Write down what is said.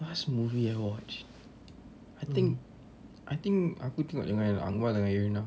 last movie I watched I think I think aku tengok dengan anwar dengan irna